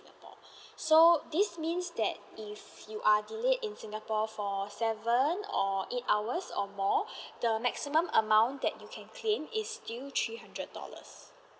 singapore so this means that if you are delayed in singapore for seven or eight hours or more the maximum amount that you can claim is due three hundred dollars